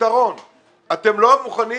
אתם לא מוכנים